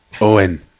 Owen